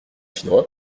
chinois